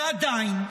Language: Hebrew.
ועדיין,